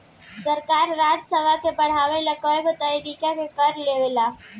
सरकार राजस्व के बढ़ावे ला कएगो तरीका के कर लेवेला